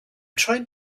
trying